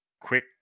quick